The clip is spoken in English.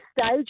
stage